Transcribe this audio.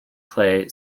clay